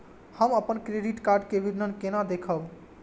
हम अपन credit card के विवरण केना देखब?